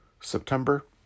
September